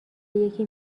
یکی